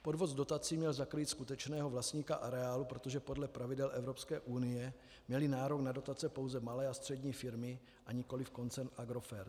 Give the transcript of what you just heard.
Podvod s dotací měl zakrýt skutečného vlastníka areálu, protože podle pravidel EU měly nárok na dotace pouze malé a střední firmy a nikoliv koncern Agrofert.